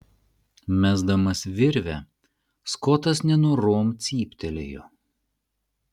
mesdamas virvę skotas nenorom cyptelėjo